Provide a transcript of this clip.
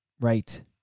Right